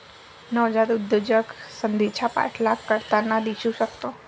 नवजात उद्योजक संधीचा पाठलाग करताना दिसू शकतो